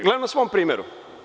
Gledam na svom primeru.